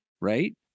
right